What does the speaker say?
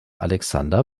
alexander